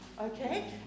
okay